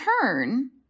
turn